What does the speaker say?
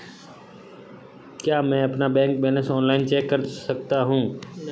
क्या मैं अपना बैंक बैलेंस ऑनलाइन चेक कर सकता हूँ?